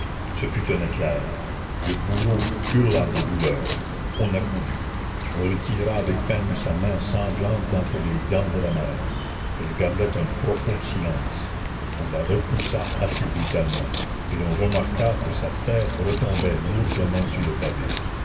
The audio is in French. ce fut un éclair le bourreau hurla de douleur on accourut on retira avec peine sa main sanglante d'entre les dents de la mère elle gardait un profond silence on la repoussa assez brutalement et l'on remarqua que sa tête retombait lourdement sur le pavé